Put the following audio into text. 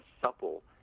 supple